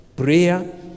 Prayer